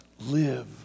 live